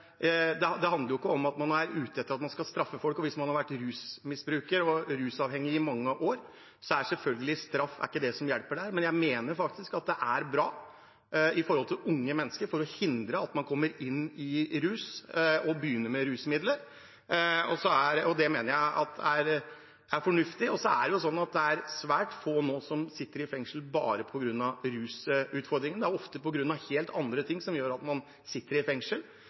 man er ute etter å straffe folk. Hvis man har vært rusmisbruker og rusavhengig i mange år, er selvfølgelig ikke straff noe som hjelper, men jeg mener faktisk at det er bra for unge mennesker for å hindre at de kommer inn i rus og begynner med rusmidler. Det mener jeg er fornuftig. Så er det svært få nå som sitter i fengsel bare på grunn av rusutfordringer. Det er ofte på grunn av helt andre ting man sitter i fengsel. Vi er opptatt av at vi skal sørge for å gi behandling, og en kan dømmes til behandling også, noe som er viktig. Men det hjelper ikke bare å vedta at man